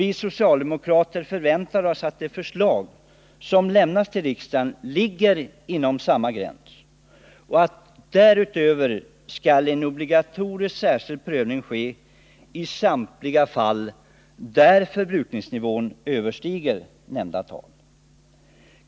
Vi socialdemokrater väntar oss att det förslag som lämnas till riksdagen ligger inom denna gräns och att utöver detta en obligatorisk särskild prövning föreslås i samtliga fall där förbrukningsnivån överstiger nämnda tal.